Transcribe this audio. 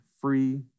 free